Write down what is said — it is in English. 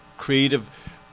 creative